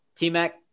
T-Mac